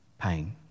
Pain